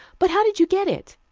but how did you get it?